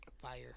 Fire